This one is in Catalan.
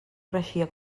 creixia